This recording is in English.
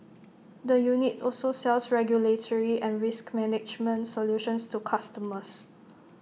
the unit also sells regulatory and risk management solutions to customers